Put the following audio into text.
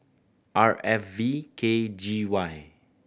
R F V K G Y